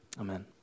Amen